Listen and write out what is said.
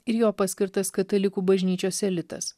ir jo paskirtas katalikų bažnyčios elitas